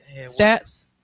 Stats